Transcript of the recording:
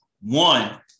One